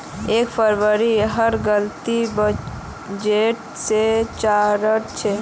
एक फरवरीत हर गलीत बजटे र चर्चा छ